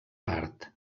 part